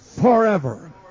forever